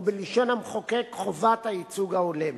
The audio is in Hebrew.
או, בלשון המחוקק, חובת הייצוג ההולם.